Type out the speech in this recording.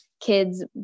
kids